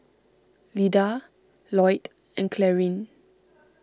Lyda Lloyd and Clarine